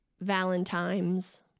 Valentine's